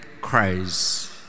Christ